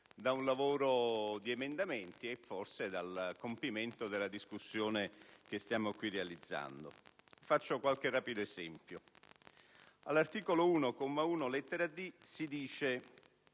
da un lavoro di emendamenti e forse dal compimento della discussione che stiamo qui realizzando. Faccio qualche ad esempio: all'articolo 1, comma 1, lettera *d)*, si dice